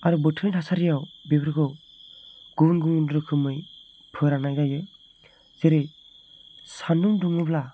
आरो बोथोरनि थासारियाव बेफोरखौ गुबुन गुबुन रोखोमै फोराननाय जायो जेरै सान्दु दुङोब्ला